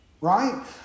Right